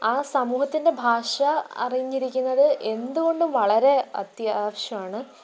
ആ സമൂഹത്തിന്റെ ഭാഷ അറിഞ്ഞിരിക്കുന്നത് എന്തുകൊണ്ടും വളരെ അത്യാവശ്യമാണ്